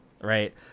right